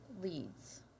leads